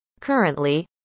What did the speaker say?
Currently